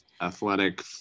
athletic